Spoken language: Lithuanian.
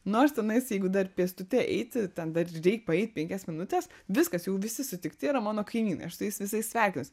nors tenais jeigu dar pėstute eiti ten dar ir reik paeit penkias minutes viskas jau visi sutikti yra mano kaimynai aš su jais visais sveikinuosi